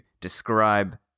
describe